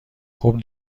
خوب